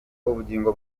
ubugingo